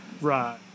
Right